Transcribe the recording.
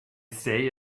say